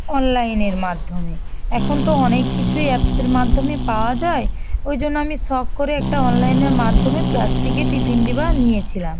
অনলাইনের মাধ্যমে এখন তো অনেক কিছুই অ্যাপসের মাধ্যমে পাওয়া যায় ওই জন্য আমি শখ করে একটা অনলাইনের মাধ্যমে প্লাস্টিকের টিফিন ডিবা নিয়েছিলাম